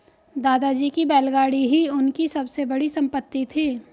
दादाजी की बैलगाड़ी ही उनकी सबसे बड़ी संपत्ति थी